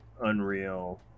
Unreal